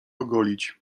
ogolić